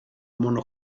mono